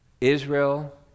Israel